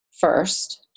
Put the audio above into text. first